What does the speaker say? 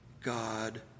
God